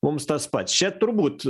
mums tas pats čia turbūt